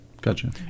Gotcha